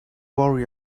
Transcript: worry